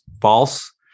false